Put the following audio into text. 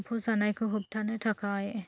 एम्फौ जानायखौ होबथानो थाखाय